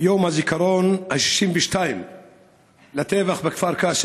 יום הזיכרון ה-62 לטבח בכפר קאסם.